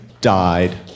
died